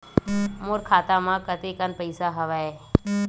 मोर खाता म कतेकन पईसा हवय?